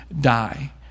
die